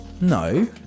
No